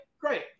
great